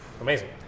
Amazing